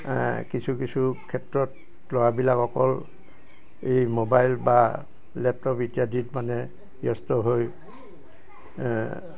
কিছু কিছু ক্ষেত্ৰত ল'ৰাবিলাক অকল এই মোবাইল বা লেপটপ ইত্যাদিত মানে ব্যস্ত হৈ